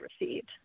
received